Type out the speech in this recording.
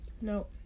no